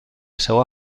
seua